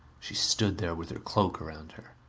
she stood there with her cloak around her.